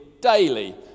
daily